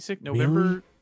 November